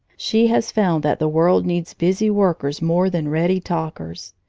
she has found that the world needs busy workers more than ready talkers.